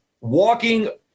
walking